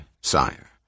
sire